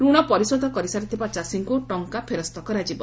ରଣ ପରିଶୋଧ କରିସାରିଥିବା ଚାଷୀଙ୍କୁ ଟଙ୍କା ଫେରସ୍ତ କରାଯିବ